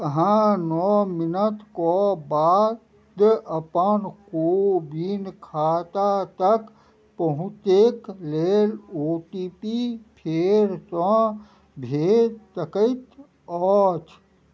अहाँ नओ मिनटके बाद अपन कोविन खाता तक पहुँचैके लेल ओ टी पी फेरसँ भेजि सकै छी